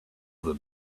them